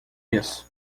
isso